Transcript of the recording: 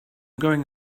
going